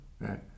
Right